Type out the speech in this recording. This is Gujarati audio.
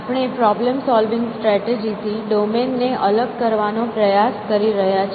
આપણે પ્રોબ્લેમ સોલવિંગ સ્ટ્રેટેજી થી ડોમેન ને અલગ કરવાનો પ્રયાસ કરી રહ્યા છીએ